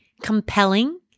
compelling